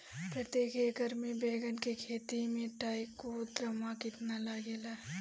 प्रतेक एकर मे बैगन के खेती मे ट्राईकोद्रमा कितना लागेला?